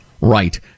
Right